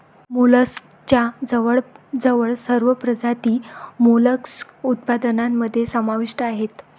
मोलस्कच्या जवळजवळ सर्व प्रजाती मोलस्क उत्पादनामध्ये समाविष्ट आहेत